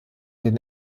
den